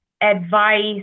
advice